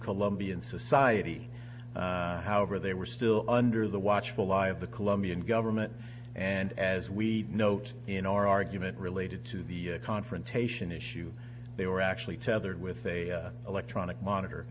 colombian society however they were still under the watchful eye of the colombian government and as we note in our argument related to the confrontation issue they were actually tethered with a electronic monitor